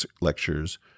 lectures